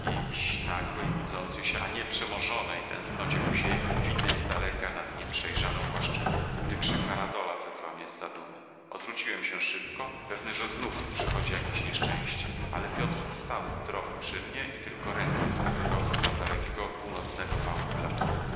jakiejś nagłej budzącej się a nieprzemożonej tęsknocie ku ziemi widnej z daleka nad nieprzejrzaną płaszczyzną gdy krzyk varadola wyrwał mnie z zadumy odwróciłem się szybko pewny że znów przychodzi jakieś nieszczęście ale piotr stał zdrowy przy mnie i tylko ręką wskazywał w stronę dalekiego północnego wału platona